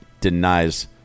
denies